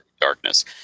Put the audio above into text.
darkness